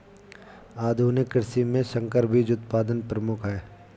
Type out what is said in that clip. आधुनिक कृषि में संकर बीज उत्पादन प्रमुख है